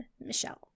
Michelle